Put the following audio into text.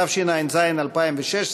התשע"ז 2016,